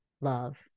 love